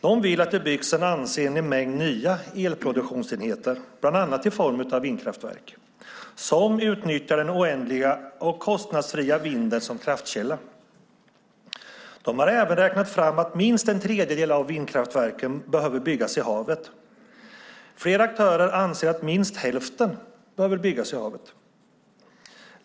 De vill att det byggs en ansenlig mängd nya elproduktionsenheter, bland annat i form av vindkraftverk, som utnyttjar den oändliga och kostnadsfria vinden som kraftkälla. De har även räknat fram att minst en tredjedel av vindkraftverken behöver byggas i havet. Flera aktörer anser att minst hälften behöver byggas i havet.